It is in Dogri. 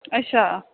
अच्छा